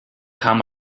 kam